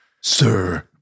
sir